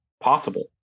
possible